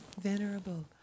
Venerable